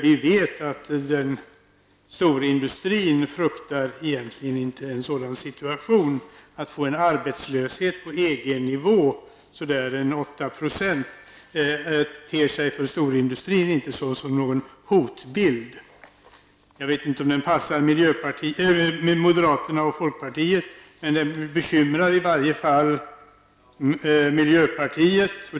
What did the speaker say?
Storindustrin fruktar egentligen inte en sådan situation. En arbetslöshet på EG-nivå på ca 8 % ter sig inte som en hotbild för storindustrin. Jag vet inte om den passar moderaterna och folkpartiet, men den bekymrar i varje fall miljöpartiet.